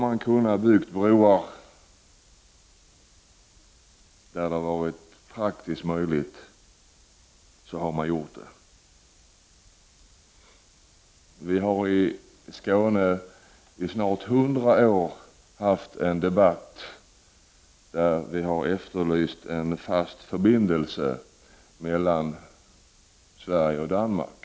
Om det har varit praktiskt möjligt att bygga broar har man gjort det. I Skåne har vi i snart hundra år haft en debatt där vi har efterlyst en fast förbindelse mellan Sverige och Danmark.